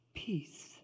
peace